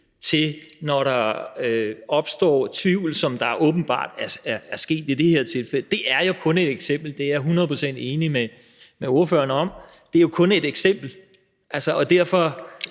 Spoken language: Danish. når der opstår tvivl, hvilket åbenbart er sket i det her tilfælde. Det er jo kun et eksempel. Det er jeg hundrede procent enig med ordføreren i. Det er kun et eksempel, og derfor